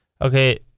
Okay